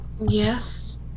Yes